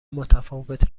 متفاوت